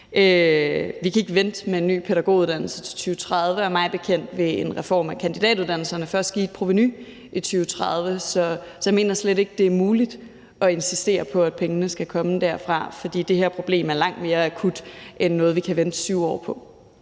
Vi kan ikke vente med en ny pædagoguddannelse til 2030, og mig bekendt vil en reform af kandidatuddannelserne først give et provenu i 2030. Så jeg mener slet ikke, det er muligt at insistere på, at pengene skal komme derfra. For det her problem er langt mere akut end noget, vi kan vente 7 år på.